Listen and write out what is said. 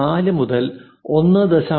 4 മുതൽ 1